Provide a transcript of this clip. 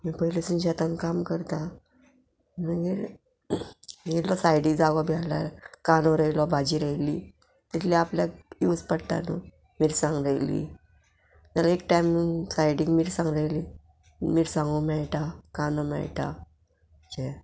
आमी पयलीसून शेतान काम करता मागीर इल्लो सायडीक जागो बी आल्यार कांदो रयलो भाजी रयली तितली आपल्याक यूज पडटा न्हू मिरसांग रोयली जाल्यार एक टायम सायडीक मिरसांग रोयली मिरसांगो मेळटा कांदो मेळटा जें